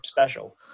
special